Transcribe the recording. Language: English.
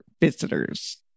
visitors